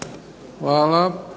Hvala.